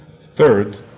Third